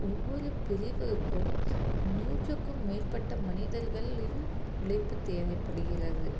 ஒவ்வொரு பிரிவிற்கும் நூற்றுக்கும் மேற்பட்ட மனிதர்களின் உழைப்பு தேவைப்படுகிறது